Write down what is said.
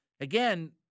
again